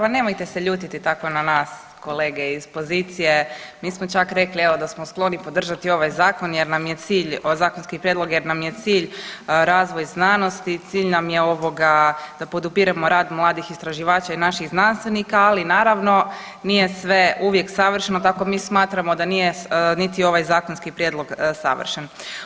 Ma nemojte se ljutiti tako na nas kolege iz pozicije, mi smo čak rekli evo da smo skloni podržati ovaj zakon jer nam je cilj, zakonski prijedlog jer nam je cilj razvoj znanosti, cilj nam je ovoga da podupiremo rad mladih istraživača i naših znanstvenika, ali naravno nije sve uvijek savršeno, tako mi smatramo da nije niti ovaj zakonski prijedlog savršen.